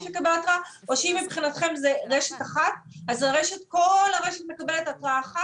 או שאם מבחינתכם זו רשת אחת אז כל הרשת מקבלת התראה אחת?